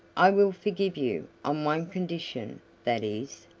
i will forgive you on one condition that is,